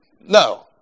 No